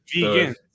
Vegan